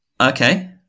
Okay